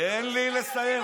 תן לי לסיים.